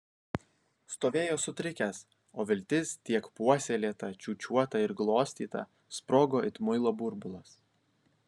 stovėjo sutrikęs o viltis tiek puoselėta čiūčiuota ir glostyta sprogo it muilo burbulas